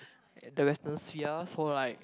the western sphere so like